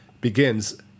begins